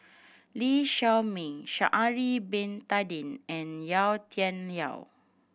Lee Shao Meng Sha'ari Bin Tadin and Yau Tian Yau